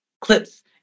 clips